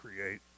create